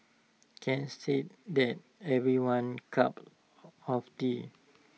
can't say that's everyone's cup of tea